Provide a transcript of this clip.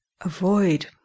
avoid